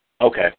Okay